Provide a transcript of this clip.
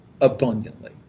abundantly